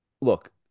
look